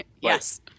Yes